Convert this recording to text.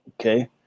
Okay